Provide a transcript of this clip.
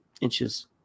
inches